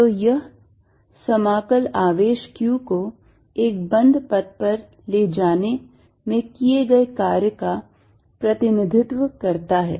तो यह समाकल आवेश q को एक बंद पथ पर ले जाने में किए गए कार्य का प्रतिनिधित्व करता है